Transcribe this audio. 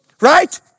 Right